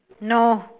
no